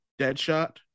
deadshot